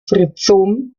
rhizom